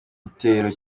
igitero